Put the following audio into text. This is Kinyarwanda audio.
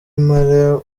impala